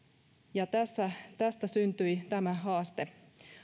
tästä syntyi tämä haaste